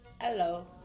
Hello